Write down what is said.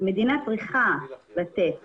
מדינה צריכה לתת